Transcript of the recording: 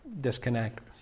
disconnect